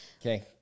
Okay